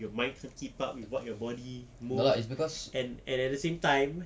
your mind can't keep up with what your body more and at the same time